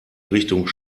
richtung